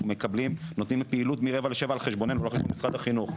אנחנו נותנים פעילות מרבע לשבע על חשבוננו ולא על חשבון משרד החינוך.